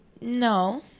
No